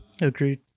Agreed